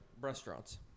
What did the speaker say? Restaurants